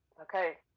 Okay